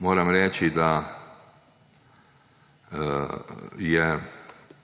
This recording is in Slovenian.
moram reči, da bi